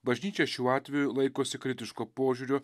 bažnyčia šiuo atveju laikosi kritiško požiūrio